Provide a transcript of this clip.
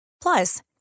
Plus